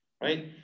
right